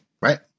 right